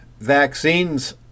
vaccines